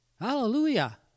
Hallelujah